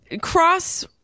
cross